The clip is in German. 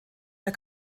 der